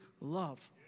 love